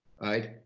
right